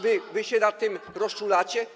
Wy się nad tym rozczulacie?